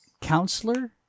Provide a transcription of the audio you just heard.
counselor